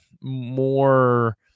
more